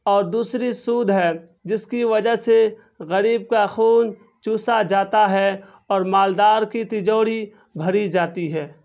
اور دوسری سود ہے جس کی وجہ سے غریب کا خون چوسا جاتا ہے اور مالدار کی تجوری بھری جاتی ہے